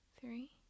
three